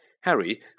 Harry